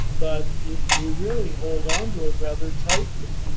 but you really hold onto it rather tightly.